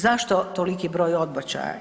Zašto toliki broj odbačaja?